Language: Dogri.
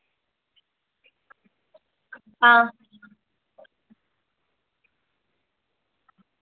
हां